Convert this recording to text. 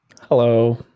Hello